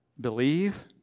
Believe